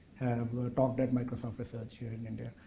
have talked at microsoft research here in india.